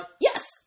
yes